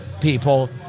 people